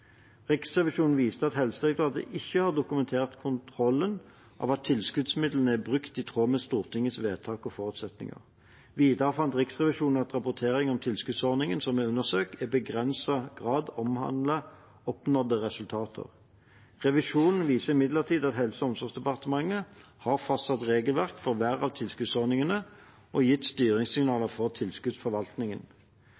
viste at Helsedirektoratet ikke har dokumentert kontrollen av at tilskuddsmidler er brukt i tråd med Stortingets vedtak og forutsetninger. Videre fant Riksrevisjonen at rapporteringen om tilskuddsordningene som er undersøkt, i begrenset grad omhandlet oppnådde resultater. Revisjonen viser imidlertid at Helse- og omsorgsdepartementet har fastsatt regelverk for hver av tilskuddsordningene og gitt